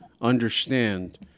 understand